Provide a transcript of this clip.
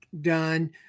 done